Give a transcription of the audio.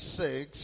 six